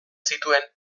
zituen